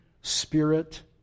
spirit